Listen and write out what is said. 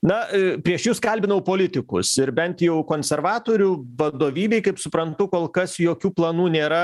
na prieš jus kalbinau politikus ir bent jau konservatorių vadovybei kaip suprantu kol kas jokių planų nėra